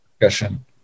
discussion